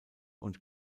und